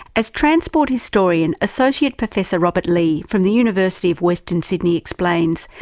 as transport historian, associate professor robert lee from the university of western sydney explains,